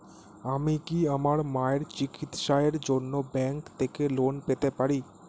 আমি কি আমার মায়ের চিকিত্সায়ের জন্য ব্যঙ্ক থেকে লোন পেতে পারি?